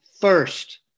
First